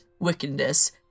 wickedness